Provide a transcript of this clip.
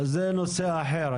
זה נושא אחר.